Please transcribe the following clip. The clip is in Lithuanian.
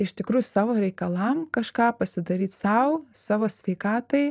iš tikrųjų savo reikalam kažką pasidaryt sau savo sveikatai